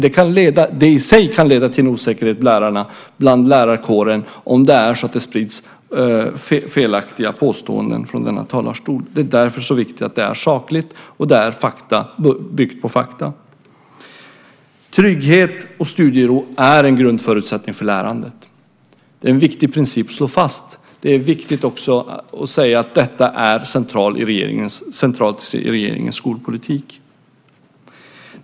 Det kan leda till osäkerhet i lärarkåren om det sprids felaktiga påståenden från denna talarstol. Därför är det så viktigt att det är sakligt och byggt på fakta. Trygghet och studiero är en grundförutsättning för lärandet. Det är en viktig princip att slå fast. Det är också viktigt att säga att detta är centralt i regeringens skolpolitik.